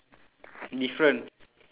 different